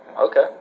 Okay